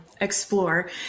explore